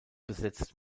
besetzt